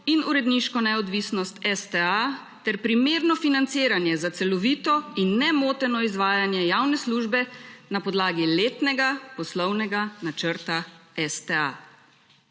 in uredniško neodvisnost STA ter primerno financiranje za celovito in nemoteno izvajanje javne službe na podlagi letnega poslovnega načrta STA.